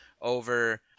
over